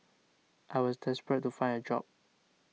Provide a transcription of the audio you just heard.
I was desperate to find a job